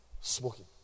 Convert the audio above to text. Smoking